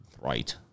right